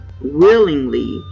willingly